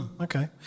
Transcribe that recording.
Okay